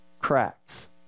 Cracks